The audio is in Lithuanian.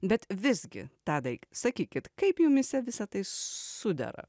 bet visgi tadai sakykit kaip jumyse visa tai sudera